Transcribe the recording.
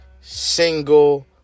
single